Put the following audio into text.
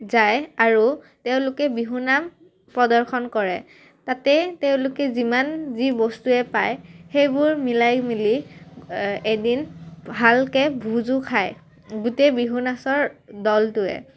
যায় আৰু তেওঁলোকে বিহু নাম প্ৰদৰ্শন কৰে তাতে তেওঁলোকে যিমান যি বস্তুৱে পায় সেইবোৰ মিলাই মিলি এদিন ভালকৈ ভোজো খায় গোটেই বিহু নাচৰ দলটোৱে